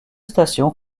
stations